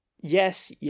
yes